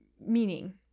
Meaning